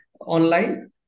online